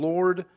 Lord